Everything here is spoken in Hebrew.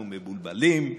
אנחנו מבולבלים,